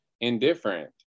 indifferent